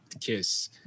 KISS